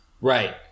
Right